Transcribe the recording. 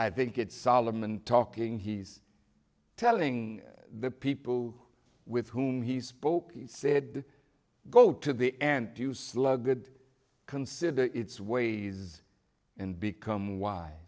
i think it solomon talking he's telling the people with whom he spoke he said go to the end do sluggard consider its ways and become why